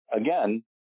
again